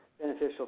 beneficial